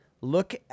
look –